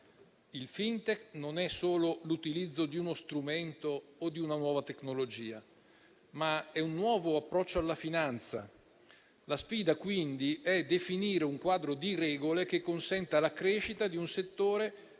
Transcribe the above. Il FinTech non è solo l'utilizzo di uno strumento o di una nuova tecnologia, ma è un nuovo approccio alla finanza. La sfida, quindi, è definire un quadro di regole che consentnoa la crescita di un settore